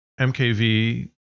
MKV